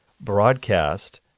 broadcast